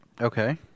Okay